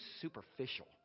superficial